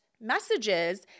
messages